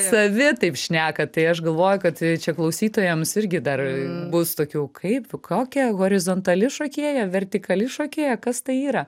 savi taip šneka tai aš galvoju kad čia klausytojams irgi dar bus tokių kaip kokia horizontali šokėja vertikali šokėja kas tai yra